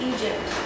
Egypt